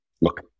look